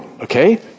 okay